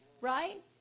Right